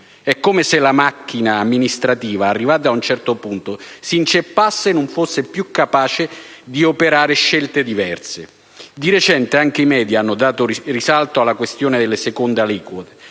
È come se la macchina amministrativa, arrivata ad un certo punto, si inceppasse e non fosse più capace di operare scelte diverse. Di recente anche i *media* hanno dato risalto alla questione delle seconde aliquote,